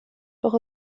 doch